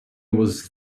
was